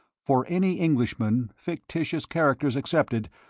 for any englishman, fictitious characters excepted,